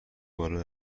بالا